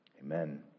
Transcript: Amen